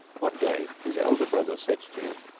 one day his elder brother said to him,